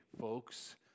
folks